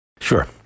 Sure